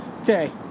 Okay